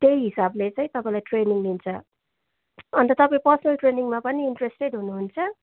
त्यही हिसाबले चाहिँ तपाईँलाई ट्रेनिङ दिन्छ अन्त तपाईँ पर्सनल ट्रेनिङमा पनि इन्ट्रेस्टेड हुनुहुन्छ